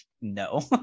no